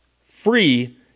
free